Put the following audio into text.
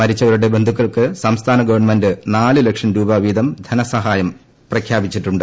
മരിച്ചവരുടെ ബന്ധുക്കൾക്ക് സംസ്ഥാന ഗവൺമെന്റ് നാലു ലക്ഷം രൂപ വീതം ധനസഹായം പ്രഖ്യാപിച്ചിട്ടുണ്ട്